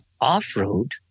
off-road